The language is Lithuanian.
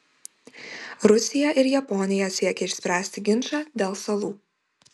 rusija ir japonija siekia išspręsti ginčą dėl salų